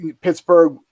Pittsburgh